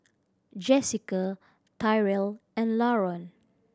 Jessika Tyrell and Laron